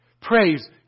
praise